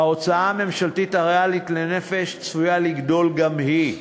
ההוצאה הממשלתית הריאלית לנפש צפויה לגדול גם היא,